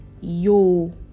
yo